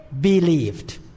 believed